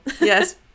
Yes